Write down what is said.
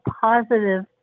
positive